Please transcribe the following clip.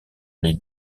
les